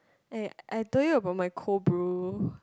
eh I told you about my cold brew